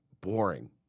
boring